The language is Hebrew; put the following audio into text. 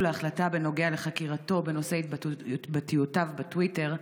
להחלטה בנוגע לחקירתו בנושא התבטאויותיו בטוויטר,